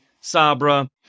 sabra